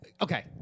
okay